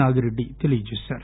నాగిరెడ్డి తెలియజేశారు